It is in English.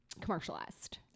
commercialized